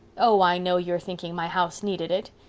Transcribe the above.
oh, i know you're thinking my house needed it.